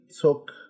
took